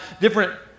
different